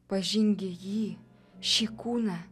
pažink gi jį šį kūną